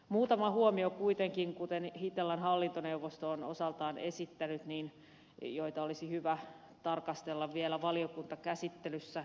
muutama huomio kuitenkin kuten itellan hallintoneuvosto on osaltaan esittänyt joita olisi hyvä tarkastella vielä valiokuntakäsittelyssä